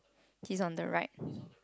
he is on the right